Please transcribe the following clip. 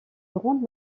grandes